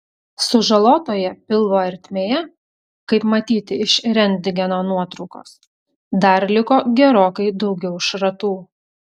sužalotoje pilvo ertmėje kaip matyti iš rentgeno nuotraukos dar liko gerokai daugiau šratų